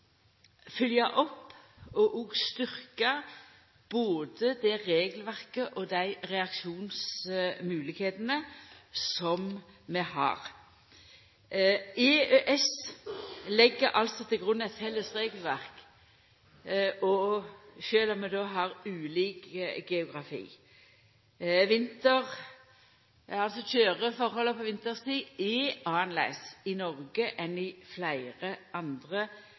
følgja opp og styrkja både det regelverket og dei reaksjonsmoglegheitene som vi har. EØS legg til grunn eit felles regelverk, òg sjølv om vi har ulik geografi. Køyreforholda på vinterstid er annleis i Noreg enn i fleire andre